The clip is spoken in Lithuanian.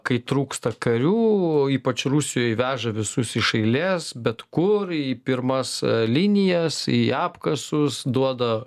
kai trūksta karių ypač rusijoj veža visus iš eilės bet kur į pirmas linijas į apkasus duoda